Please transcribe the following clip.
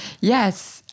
Yes